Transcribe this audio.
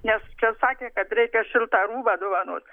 nes čia sakė kad reikia šiltą rūbą dovanot